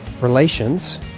Relations